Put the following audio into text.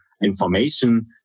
information